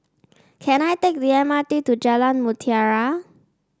can I take the M R T to Jalan Mutiara